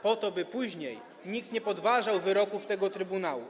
Po to, by później nikt nie podważał wyroków tego trybunału.